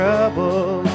trouble